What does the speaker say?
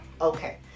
Okay